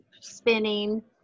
spinning